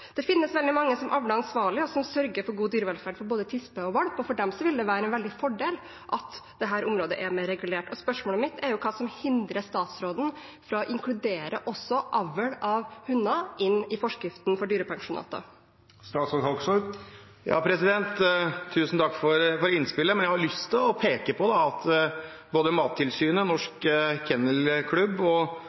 Det finnes veldig mange som avler ansvarlig, og som sørger for god dyrevelferd for både tispe og valp. For dem ville det være en veldig fordel at dette området var mer regulert. Spørsmålet mitt er: Hva er det som hindrer statsråden fra å inkludere også avl av hunder i forskriften for dyrepensjonater? Tusen takk for innspillet, men jeg har lyst til å peke på at på både Mattilsynets og Norsk